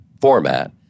format